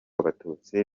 abatutsi